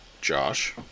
josh